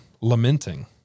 lamenting